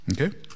Okay